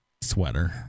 sweater